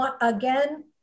again